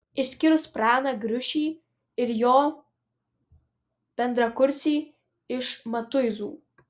išskyrus praną griušį ir jo bendrakursį iš matuizų